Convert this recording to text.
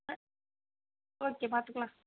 ஆ okay பார்த்துக்கலாம்